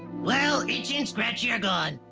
well itchy and scratchy are gone,